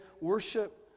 Worship